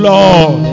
Lord